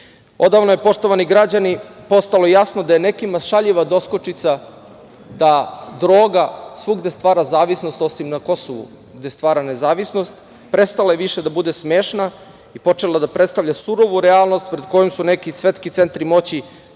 je, poštovani građani, postalo jasno da je nekima šaljiva doskočica da droga svugde stvara zavisnost, osim na Kosovu, gde stvara nezavisnost, prestala je više da bude smešna i počela da predstavlja surovu realnost pred kojom su neki svetski centri moći